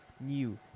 new